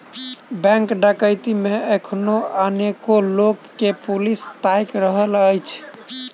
bank डकैती मे एखनो अनेको लोक के पुलिस ताइक रहल अछि